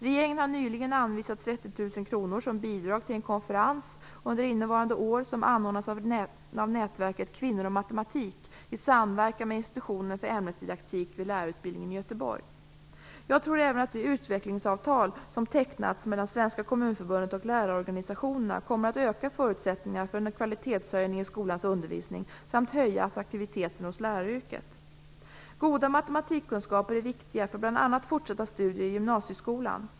Regeringen har nyligen anvisat 30 000 kr som bidrag till en konferens under innevarande år som anordnas av nätverket Jag tror även att det utvecklingsavtal som tecknats mellan Svenska Kommunförbundet och lärarorganisationerna kommer att öka förutsättningarna för en kvalitetshöjning i skolans undervisning samt höja attraktiviteten hos läraryrket. Goda matematikkunskaper är viktiga för bl.a. fortsatta studier i gymnasieskolan.